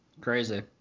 Crazy